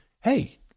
Hey